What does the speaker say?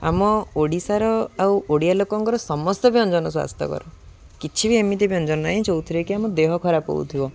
ଆମ ଓଡ଼ିଶାର ଆଉ ଓଡ଼ିଆ ଲୋକଙ୍କର ସମସ୍ତ ବ୍ୟଞ୍ଜନ ସ୍ୱାସ୍ଥ୍ୟକର କିଛି ବି ଏମିତି ବ୍ୟଞ୍ଜନ ନାହିଁ ଯେଉଁଥିରେ କିି ଆମ ଦେହ ଖରାପ ହେଉଥିବ